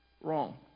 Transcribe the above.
wrong